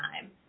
time